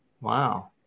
Wow